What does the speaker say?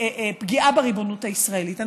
פגיעה בריבונות הישראלית.